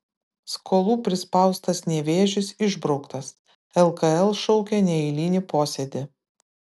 skolų prispaustas nevėžis išbrauktas lkl šaukia neeilinį posėdį